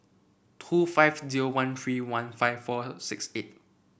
two five zero one three one five four six eight